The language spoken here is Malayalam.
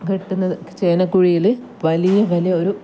കിട്ടുന്നത് ചേനക്കുഴിയിൽ വലിയ വലിയ ഒരു